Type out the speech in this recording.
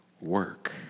work